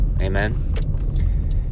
amen